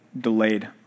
delayed